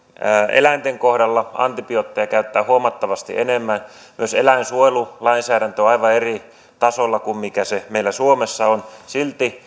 eläinten kohdalla antibiootteja käyttää huomattavasti enemmän myös eläinsuojelulainsäädäntö on aivan eri tasolla kuin millä se meillä suomessa on silti